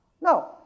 No